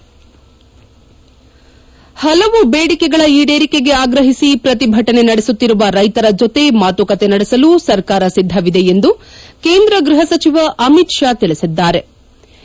head ಹಲವು ಬೇಡಿಕೆಗಳ ಈಡೇರಿಕೆಗೆ ಆಗ್ರಹಿಸಿ ಪ್ರತಿಭಟನೆ ನಡೆಸುತ್ತಿರುವ ರೈತರ ಜೊತೆ ಮಾತುಕತೆ ನಡೆಸಲು ಸರ್ಕಾರ ಸಿದ್ದವಿದೆ ಎಂದು ಕೇಂದ್ರ ಗ್ರಹ ಸಚಿವ ಅಮಿತ್ ಶಾ ತಿಳಿಸಿದ್ಗಾರೆ